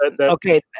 Okay